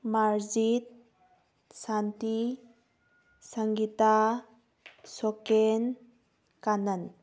ꯃꯥꯔꯖꯤꯠ ꯁꯥꯟꯇꯤ ꯁꯪꯒꯤꯇꯥ ꯁꯣꯀꯦꯟ ꯀꯥꯅꯟ